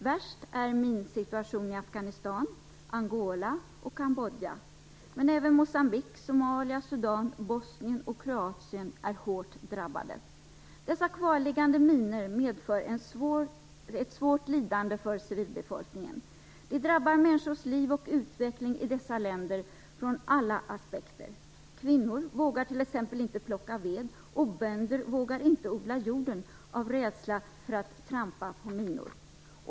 Värst är minsituationen i Afghanistan, Angola och Kambodja, men även Moçambique, Somalia, Sudan, Bosnien och Kroatien är hårt drabbade. Dessa kvarliggande minor medför ett svårt lidande för civilbefolkningen. De drabbar människors liv och utveckling i dessa länder från alla aspekter. Kvinnor vågar t.ex. inte plocka ved, och bönder vågar inte odla jorden av rädsla för att trampa på minor.